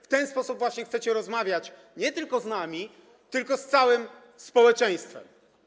W ten sposób właśnie chcecie rozmawiać nie tylko z nami, ale z całym społeczeństwem.